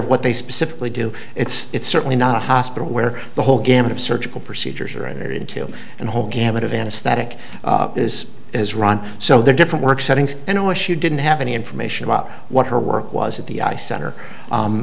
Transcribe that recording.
of what they specifically do it's certainly not a hospital where the whole gamut of surgical procedures are entered into and the whole gamut of anesthetic is is run so they're different work settings and i wish you didn't have any information about what her work was at the center